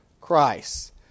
Christ